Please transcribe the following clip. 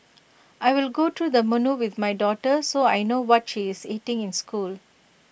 I will go to the menu with my daughter so I know what she is eating in school